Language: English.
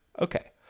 Okay